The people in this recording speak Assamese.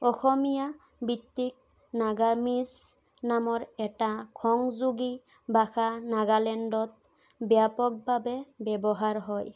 অসমীয়া ভিত্তিত নাগামিচ নামৰ এটা সংযোগী ভাষা নাগালেণ্ডত ব্যাপকভাৱে ব্যৱহাৰ হয়